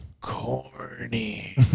corny